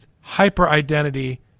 hyper-identity